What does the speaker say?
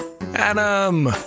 Adam